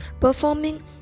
Performing